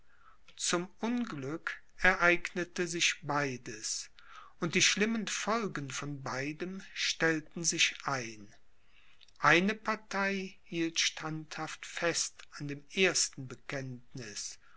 zum unglück ereignete sich beides und die schlimmen folgen von beidem stellten sich ein eine partei hielt standhaft fest an dem ersten bekenntniß